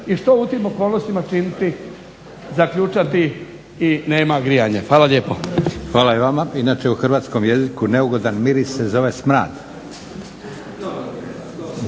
I što u tim okolnostima činiti? Zaključati i nema grijanja. Hvala lijepo. **Leko, Josip (SDP)** Hvala i vama. Inače u hrvatskom jeziku neugodan miris se zove smrad.